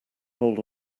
hold